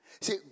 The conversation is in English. See